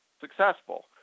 successful